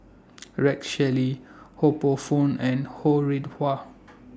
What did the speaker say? Rex Shelley Ho Poh Fun and Ho Rih Hwa